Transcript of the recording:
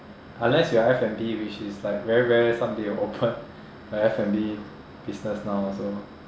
unless you are F&B which is like very rarely somebody will open a F&B business now also